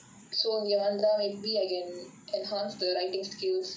so இங்க வந்த உடனே:inga vantha udanae maybe I can enhance the writing skills